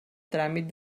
tràmit